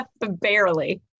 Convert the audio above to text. barely